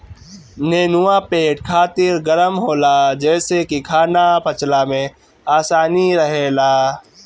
नेनुआ पेट खातिर गरम होला जेसे की खाना पचला में आसानी रहेला